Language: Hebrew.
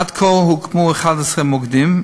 עד כה הוקמו 11 מוקדים,